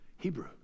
Hebrew